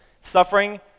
Suffering